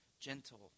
gentle